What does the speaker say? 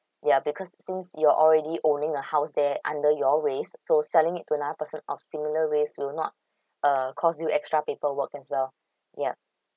yeah because since you're already owning the house there under your race so selling it to another person of similar race will not uh cause you extra paperwork as well yeah